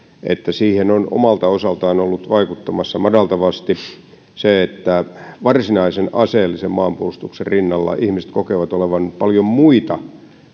käsitykseni siihen on omalta osaltaan ollut vaikuttamassa madaltavasti se että varsinaisen aseellisen maanpuolustuksen rinnalla ihmiset kokevat olevan paljon muita